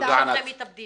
תוכלי ללמוד מזה.